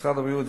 משרד הבריאות,